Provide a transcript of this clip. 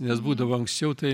nes būdavo anksčiau tai